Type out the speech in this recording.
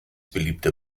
beliebte